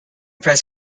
press